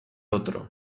otro